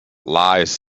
lies